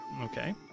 Okay